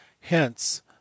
Hence